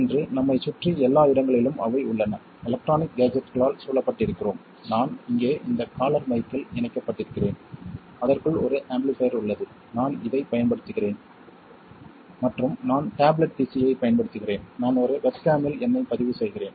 இன்று நம்மைச் சுற்றி எல்லா இடங்களிலும் அவை உள்ளன எலக்ட்ரானிக் கேஜெட்களால் சூழப்பட்டிருக்கிறோம் நான் இங்கே இந்த காலர் மைக்கில் இணைக்கப்பட்டிருக்கிறேன் அதற்குள் ஒரு ஆம்பிளிஃபைர் உள்ளது நான் இதைப் பயன்படுத்துகிறேன் மற்றும் நான் டேப்லெட் பிசியைப் பயன்படுத்துகிறேன் நான் ஒரு வெப்கேமில் என்னைப் பதிவு செய்கிறேன்